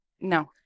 No